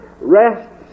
rests